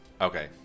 Okay